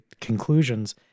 conclusions